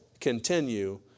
continue